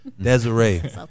Desiree